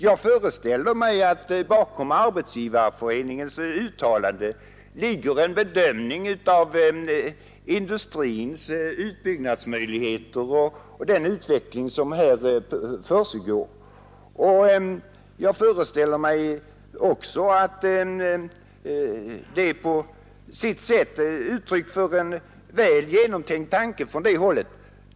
Jag föreställer mig att bakom Arbetsgivareföreningens uttalande ligger en bedömning av industrins utbyggnadsmöjligheter i den utveckling som försiggår, och jag föreställer mig att yttrandet är ett uttryck för en väl genomtänkt uppfattning på det hållet.